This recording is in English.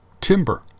timber